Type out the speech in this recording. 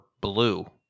blue